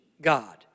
God